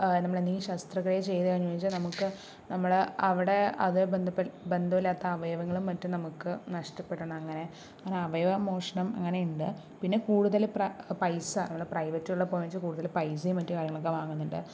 നമ്മള് എന്തെങ്കിലും ശാസ്ത്രക്രിയ ചെയ്തുകഴിഞ്ഞു എന്നു വെച്ചാ നമുക്ക് നമ്മുടെ അവിടെ അത്ബന്ധപ്പെ ബന്ധവുല്ലാത്ത അവയവങ്ങളും മറ്റും നമുക്ക് നഷ്ടപ്പെടുന്ന അങ്ങനെ അവയവ മോഷണം അങ്ങനെ ഉണ്ട് പിന്നെ കൂടുതല് പ്രൈ പൈസ പ്രൈവറ്റിൽ പോണച്ചാ കൂടുതൽ പൈസയും മറ്റുകാര്യങ്ങളും വാങ്ങുന്നുണ്ട്